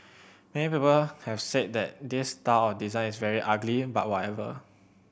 many people have said that this style of design is very ugly but whatever